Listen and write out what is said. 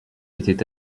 était